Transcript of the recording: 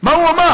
מה הוא אמר?